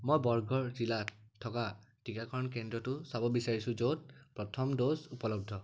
মই বৰগড় জিলাত থকা টিকাকৰণ কেন্দ্ৰটো চাব বিচাৰিছোঁ য'ত প্ৰথম ড'জ উপলব্ধ